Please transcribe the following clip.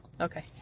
Okay